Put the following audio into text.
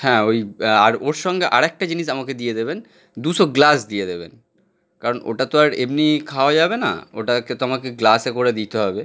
হ্যাঁ ওই আর ওর সঙ্গে আর একটা জিনিস আমাকে দিয়ে দেবেন দুশো গ্লাস দিয়ে দেবেন কারণ ওটা তো আর এমনি খাওয়া যাবে না ওটাকে তো আমাকে গ্লাসে করে দিতে হবে